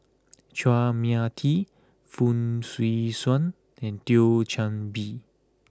Chua Mia Tee Fong Swee Suan and Thio Chan Bee